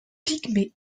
pygmée